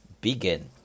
begin